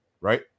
right